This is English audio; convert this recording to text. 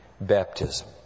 baptism